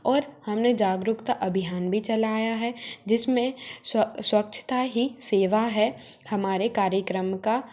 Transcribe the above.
और हम ने जागरूकता अभियान भी चलाया है जिस में स्वच्छता ही सेवा है हमारे कार्यक्रम का